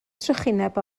trychineb